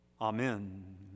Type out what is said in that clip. Amen